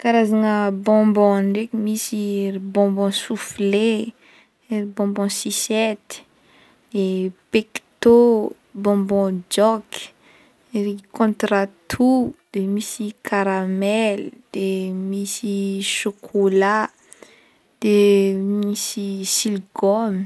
Karazagna bonbon ndraiky misy bonbon soufle, bonbon susety, pecto bonbon jok, contratout, de misy karamele, de misy chocolat, de misy silgome.